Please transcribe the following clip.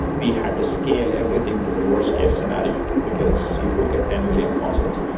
we had to scale everything to the worst case scenario because you could get ten million consoles.